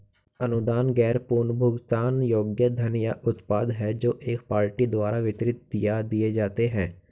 अनुदान गैर पुनर्भुगतान योग्य धन या उत्पाद हैं जो एक पार्टी द्वारा वितरित या दिए जाते हैं